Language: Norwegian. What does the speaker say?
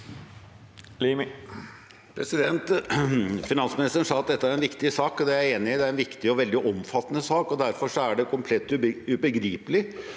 Finansmi- nisteren sa at dette er en viktig sak, og det er jeg enig i – det er en viktig og veldig omfattende sak. Derfor er det komplett ubegripelig